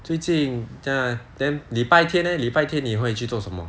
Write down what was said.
最近 err then 礼拜天 leh 礼拜天你会去做什么